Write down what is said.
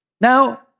Now